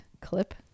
clip